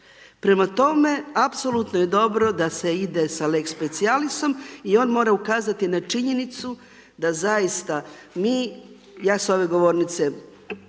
Prema tome apsolutno je dobro da se ide sa lex specialisom i on mora ukazati na činjenicu da zaista mi, ja s ove govornice